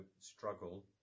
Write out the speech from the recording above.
struggle